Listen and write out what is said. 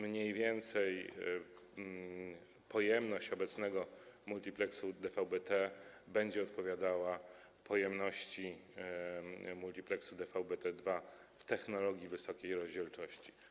Mniej więcej pojemność obecnego multipleksu DVB-T będzie odpowiadała pojemności multipleksu DVB-T2 w technologii wysokiej rozdzielczości.